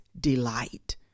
delight